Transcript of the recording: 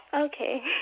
Okay